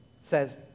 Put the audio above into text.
says